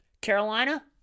Carolina